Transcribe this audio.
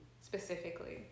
specifically